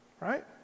right